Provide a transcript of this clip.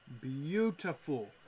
beautiful